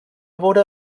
veure